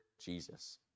Jesus